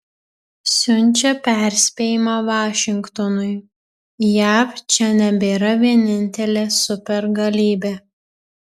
siunčia perspėjimą vašingtonui jav čia nebėra vienintelė supergalybė